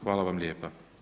Hvala vam lijepa.